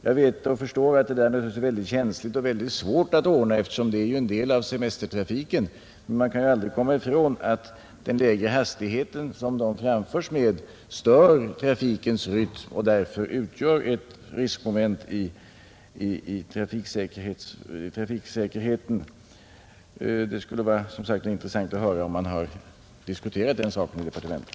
Jag förstår att det där är väldigt känsligt och svårt att ordna, eftersom det är en del av semestertrafiken, men man kan ju aldrig komma ifrån att den lägre hastighet som dessa fordon framförs med stör trafikens rytm och därför utgör ett riskmoment för trafiksäkerheten. Det skulle som sagt vara intressant att höra om man har diskuterat den saken i departementet.